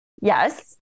Yes